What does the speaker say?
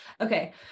Okay